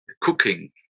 cooking